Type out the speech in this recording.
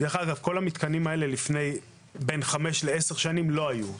כל המתקנים האלה לפני בין חמש ל-10 שנים לא היו.